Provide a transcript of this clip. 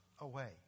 away